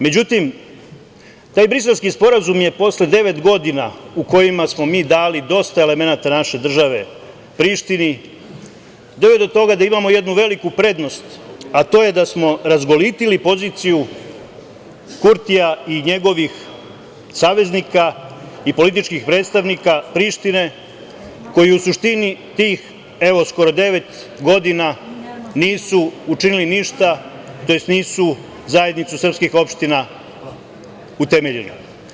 Međutim, taj Briselski sporazum je posle devet godina u kojima smo mi dali dosta elemenata naše države Prištini, doveo je do toga da imamo jednu veliku prednost, a to je da smo razgolitili poziciju Kurtija i njegovih saveznika i političkih predstavnika Prištine koji u suštini tih, evo skoro devet godina, nisu učinili ništa, tj. nisu zajednicu srpskih opština utemeljili.